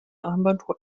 armbanduhr